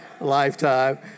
lifetime